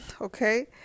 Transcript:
Okay